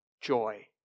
joy